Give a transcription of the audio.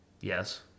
Yes